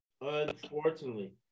unfortunately